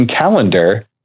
calendar